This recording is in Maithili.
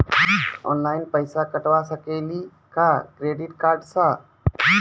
ऑनलाइन पैसा कटवा सकेली का क्रेडिट कार्ड सा?